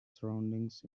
surroundings